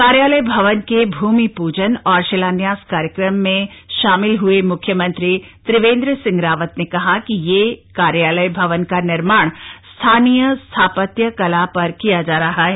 कार्यालय भवन के भूमि पूजन और शिलान्यास कार्यक्रम में शामिल हुए मुख्यमंत्री त्रिवेन्द्र सिंह रावत ने कहा कि इस कार्यालय भवन का निर्माण स्थानीय स्थापत्य कला पर किया जा रहा है